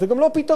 זה גם לא פתרון.